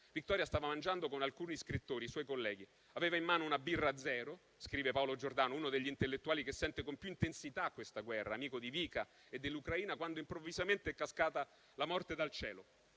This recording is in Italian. Viktorija stava mangiando con alcuni scrittori suoi colleghi. Aveva in mano una birra zero, scrive Paolo Giordano, uno degli intellettuali che sente con più intensità questa guerra, amico di Vica e dell'Ucraina, quando improvvisamente è cascata la morte dal cielo.